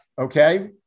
Okay